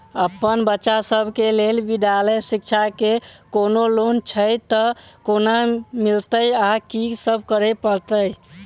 अप्पन बच्चा सब केँ लैल विधालय शिक्षा केँ कोनों लोन छैय तऽ कोना मिलतय आ की सब करै पड़तय